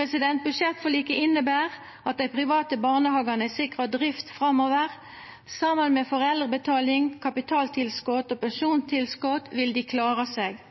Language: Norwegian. Budsjettforliket inneber at dei private barnehagane er sikra drift framover. Saman med foreldrebetaling, kapitaltilskot og pensjonstilskot vil dei klara seg.